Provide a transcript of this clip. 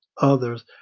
others